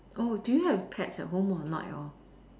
oh do you have pets at home or not at all